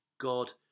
God